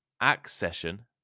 accession